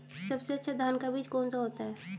सबसे अच्छा धान का बीज कौन सा होता है?